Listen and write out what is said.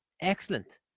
excellent